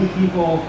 people